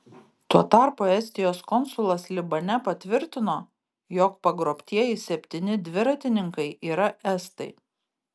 tuo tarpu estijos konsulas libane patvirtino jog pagrobtieji septyni dviratininkai yra estai